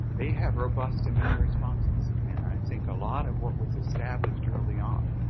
they have robust immune responses. and i think a lot of what was established early on